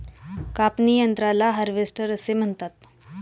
कापणी यंत्राला हार्वेस्टर असे म्हणतात